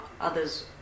others